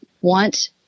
want